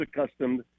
accustomed